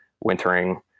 wintering